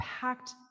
packed